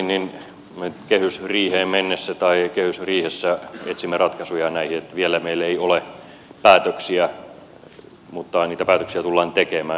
niin kuin tuossa totesin kehysriiheen mennessä tai kehysriihessä etsimme ratkaisuja näihin vielä meillä ei ole päätöksiä mutta niitä päätöksiä tullaan tekemään